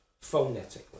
Phonetically